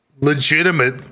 legitimate